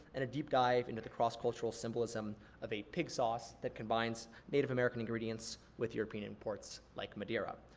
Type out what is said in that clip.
and a deep dive into the cross cultural symbolism of a pig sauce that combines native american ingredients with european ports like madira.